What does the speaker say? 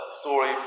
story